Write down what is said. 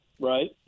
right